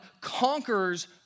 conquers